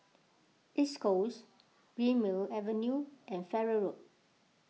East Coast Greenmead Avenue and Farrer Road